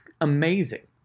amazing